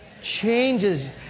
changes